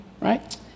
right